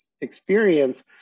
experience